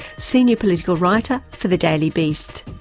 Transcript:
senior political writer for the daily beast.